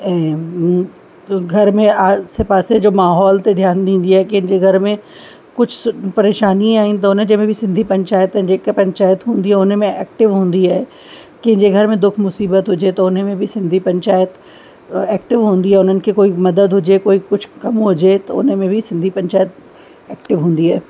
ऐं घर में आसे पासे जो माहोल ते ध्यानु ॾींदी आहे कंहिंजे घर में कुझु परेशानी आहे त हुनजे बि में सिंधी पंचायत जेका पंचायत हूंदी आहे हुन में एक्टिव हूंदी आहे कंहिंजे घर में दुख मुसिबत हुजे त हुन में बि सिंधी पंचायत एक्टिव हूंदी आहे उन्हनि खे कोई मदद हुजे कोई कुझु कमु हुजे त हुन में बि सिंधी पंचायत एक्टिव हूंदी आहे